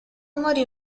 morì